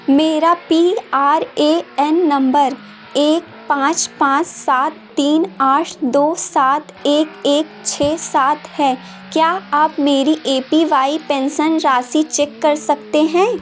मेरा P R A N number एक पाँच पाँच सात तीन आठ दो सात एक एक छः सात है है क्या आप मेरी ए पी वाई पेंसन राशि चेक कर सकते हैं